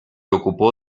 ocupó